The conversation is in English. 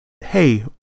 hey